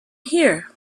here